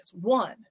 one